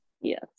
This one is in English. Yes